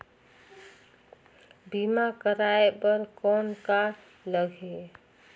बीमा कराय बर कौन का लगही?